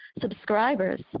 subscribers